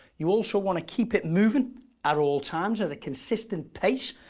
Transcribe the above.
you also want to keep it moving at all times at a consistent pace.